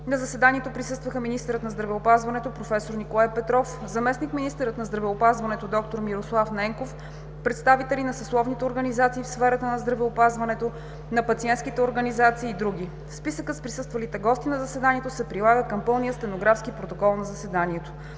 На заседанието присъстваха: министърът на здравеопазването – профeсор Николай Петров, заместник-министърът на здравеопазването – д-р Мирослав Ненков, представители на съсловните организации в сферата на здравеопазването, на пациентските организации и други. Списъкът с присъствалите гости на заседанието се прилага към пълния стенографски протокол на заседанието.